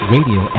Radio